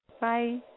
Bye